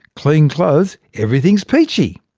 clean clothes, everything's peachy.